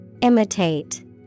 Imitate